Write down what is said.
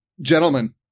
gentlemen